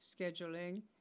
scheduling